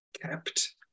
kept